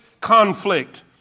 conflict